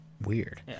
Weird